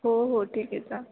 हो हो ठीक आहे चालतं आहे